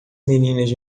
meninas